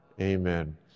Amen